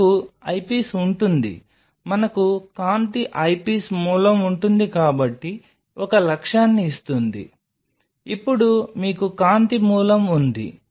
మనకు ఐపీస్ ఉంటుంది మనకు కాంతి ఐపీస్ మూలం ఉంటుంది కాబట్టి ఒక లక్ష్యాన్ని ఇస్తుంది ఇప్పుడు మీకు కాంతి మూలం ఉంది